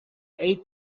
eight